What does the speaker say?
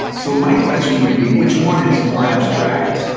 so my question would be which one is more abstract?